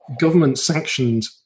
government-sanctioned